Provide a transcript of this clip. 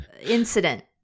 incident